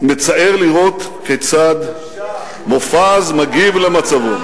מצער לראות כיצד מופז מגיב למצבו.